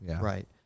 right